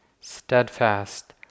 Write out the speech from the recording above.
steadfast